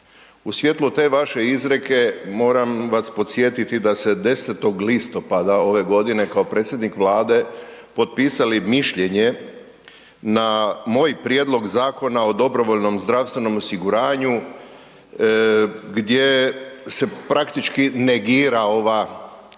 U svjetlu te vaše izreke moram vas podsjetiti da ste 10. listopada ove godine kao predsjednik Vlade potpisali mišljenje na moj prijedlog Zakona o dobrovoljnom zdravstvenom osiguranju gdje se praktički negira ova vaša